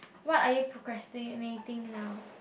what are you procrastinating now